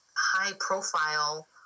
high-profile